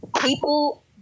people